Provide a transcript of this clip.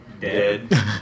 Dead